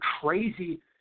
crazy